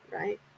right